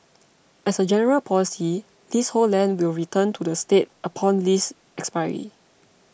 as a general policy leasehold land will return to the state upon lease expiry